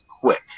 quick